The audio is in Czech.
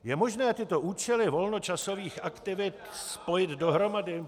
Je možné tyto účely volnočasových aktivit spojit dohromady?